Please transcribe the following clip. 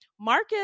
Marcus